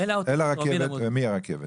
אל הרכבת ומהרכבת.